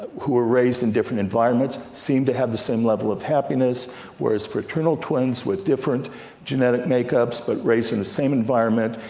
who were raised in different environments, seemed to have the same level of happiness whereas fraternal twins with different genetic make-ups but raised in the same family environment,